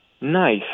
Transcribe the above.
nice